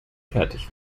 fertig